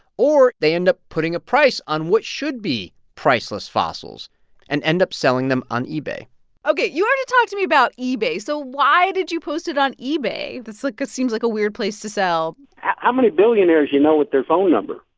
or they end up putting a price on what should be priceless fossils and end up selling them on ebay ok. you wanted to talk to me about ebay. so why did you post it on ebay? this like this seems like a weird place to sell how many billionaires you know with their phone number?